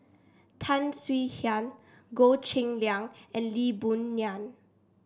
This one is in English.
Tan Swie Hian Goh Cheng Liang and Lee Boon Ngan